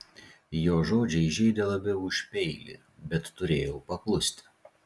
jo žodžiai žeidė labiau už peilį bet turėjau paklusti